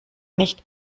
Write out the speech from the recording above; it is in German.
nicht